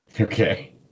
okay